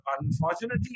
Unfortunately